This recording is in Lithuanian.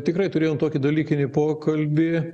tikrai turėjom tokį dalykinį pokalbį